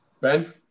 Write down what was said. Ben